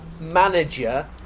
manager